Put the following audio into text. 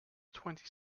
twenty